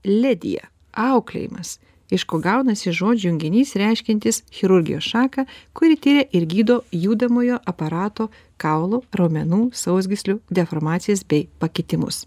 lidija auklėjimas iš ko gaunasi žodžių junginys reiškiantis chirurgijos šaką kuri tiria ir gydo judamojo aparato kaulų raumenų sausgyslių deformacijas bei pakitimus